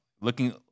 looking